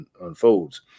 unfolds